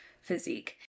physique